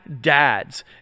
dads